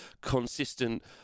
consistent